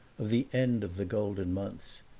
of the end of the golden months.